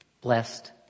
blessed